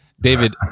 David